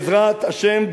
בעזרת השם,